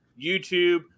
YouTube